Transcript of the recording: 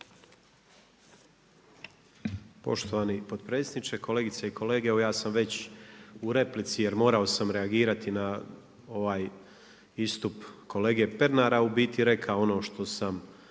Poštovani potpredsjedniče, kolegice i kolege evo ja sam već u replici jer morao sam reagirati na ovaj istup kolege Pernara u biti rekao ono što sam